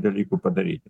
dalykų padaryti